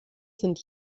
sind